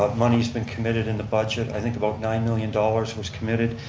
ah money's been committed in the budget. i think about nine million dollars was committed.